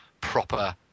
proper